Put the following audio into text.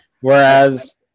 Whereas